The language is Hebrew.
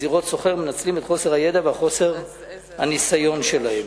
זירות סוחר מנצלים את חוסר הידע וחוסר הניסיון שלהם.